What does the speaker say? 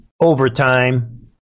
overtime